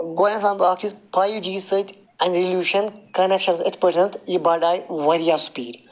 گۄڈٕنٮ۪تھ وَنہٕ بہٕ اَکھ چیٖز فایِو جی سۭتۍ ریٚولیٛوٗشَن کَنیٚکشَنَس یِتھٕ کٔنٮ۪تھ یہِ بَڈایہِ واریاہ سُپیٖڈ